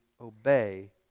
obey